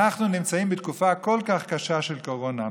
אנחנו נמצאים בתקופה כל כך קשה של קורונה,